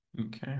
Okay